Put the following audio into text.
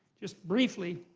just briefly.